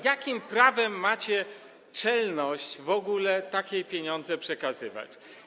Jakim prawem macie czelność w ogóle takie pieniądze przekazywać?